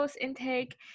intake